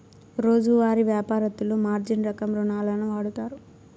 రోజువారీ యాపారత్తులు మార్జిన్ రకం రుణాలును వాడుతారు